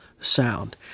sound